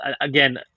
again